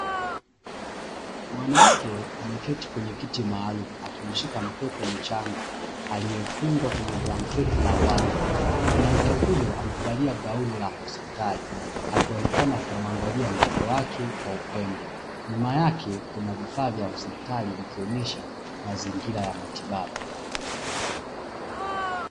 Mwanamke ameketi kwenye kiti maalumu, akimshika mtoto mchanga aliyefungwa kwenye blanketi la waridi. Mwanamke huyu amevalia gauni la hospitali, akionekana kumwangalia mtoto wake kwa upendo. Nyuma yake kuna vifaa vya hospitali, vikionyesha mazingira ya matibabu.